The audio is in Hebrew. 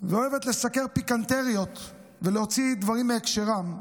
ואוהבת לסקר פיקנטריות ולהוציא דברים מהקשרם,